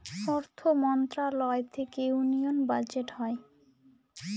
অর্থ মন্ত্রণালয় থেকে ইউনিয়ান বাজেট হয়